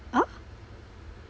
uh